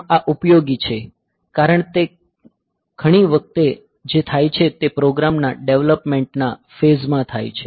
આમ આ ઉપયોગી છે કારણ કે ઘણી વખત જે થાય છે તે પ્રોગ્રામના ડેવલપમેન્ટ ના ફેઝ માં થાય છે